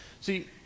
See